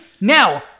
now